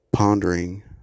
Pondering